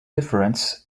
difference